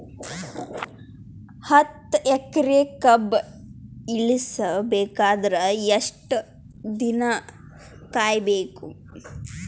ಹತ್ತು ಎಕರೆ ಕಬ್ಬ ಇಳಿಸ ಬೇಕಾದರ ಎಷ್ಟು ದಿನ ಕಾಯಿ ಬೇಕು?